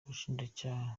ubushinjacyaha